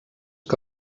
que